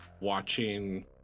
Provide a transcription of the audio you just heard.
watching